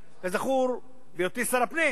כזכור, בהיותי שר הפנים